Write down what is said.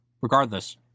regardless